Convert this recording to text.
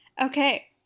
Okay